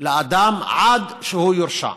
לאדם עד שהוא יורשע,